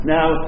Now